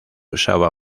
usaba